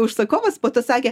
užsakovas po to sakė